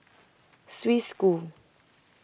Swiss School